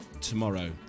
tomorrow